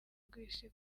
rw’isi